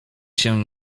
się